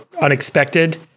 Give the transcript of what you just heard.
unexpected